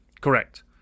Correct